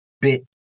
bit